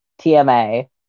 TMA